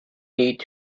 need